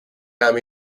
army